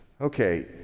Okay